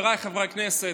חברי הכנסת,